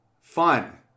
fun